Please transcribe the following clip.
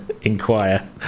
inquire